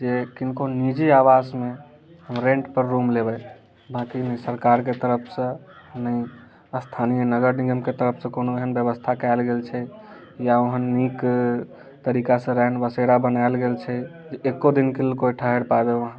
जे किनको निजी आवासमे हम रेंट पर रूम लेबै बाँकी सरकारके तरफ से नहि स्थानीय नगर निगमके तरफ से कोनो एहन व्यवस्था कयल गेल छै या ओहन नीक तरीका से रैन बसेरा बनायल गेल छै जे एक्को दिनके लेल कोइ ठहरि पाबै वहाँ